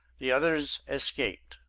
the others escaped.